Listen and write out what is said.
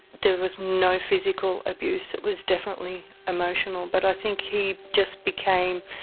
there was no physical abuse, it was definitely emotional, but i think he just became